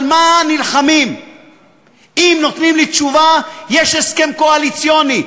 על מה נלחמים אם נותנים לי תשובה "יש הסכם קואליציוני"?